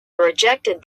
rejected